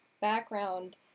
background